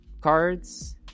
cards